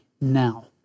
now